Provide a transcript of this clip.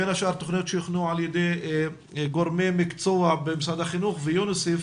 בין השאר תכניות שהוכנו על ידי גורמי מקצוע במשרד החינוך ויוניס"ף